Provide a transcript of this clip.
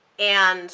and